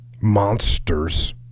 monsters